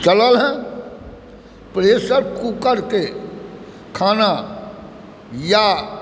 चलल हँ प्रेशर कुकरके खाना या